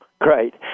Great